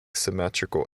symmetrical